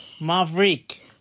Maverick